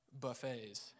buffets